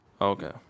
Okay